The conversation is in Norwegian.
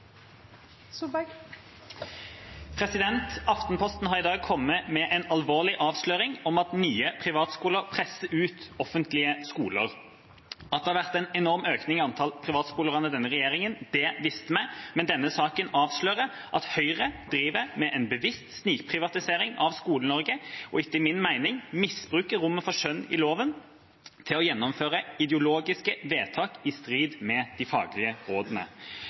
Aftenposten har i dag kommet med en alvorlig avsløring om at nye privatskoler presser ut offentlige skoler. At det har vært en enorm økning i antall privatskoler under denne regjeringa, visste vi, men denne saken avslører at Høyre driver med en bevisst snikprivatisering av Skole-Norge, og etter min mening misbruker rommet for skjønn i loven til å gjennomføre ideologiske vedtak i strid med de faglige rådene.